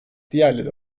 diğerleri